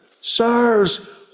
Sirs